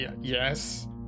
yes